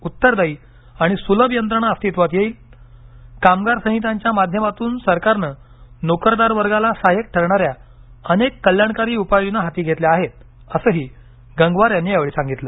उत्तरदायी आणि सुलभ यंत्रणा अस्तित्वात येईलकामगार संहितांच्या माध्यमातून सरकारनं नोकरदार वर्गाला सहाय्यक ठरणाऱ्या अनेक कल्याणकारी उपाययोजना हाती घेतल्या आहेत असंही गंगवार यांनी यावेळी सांगितलं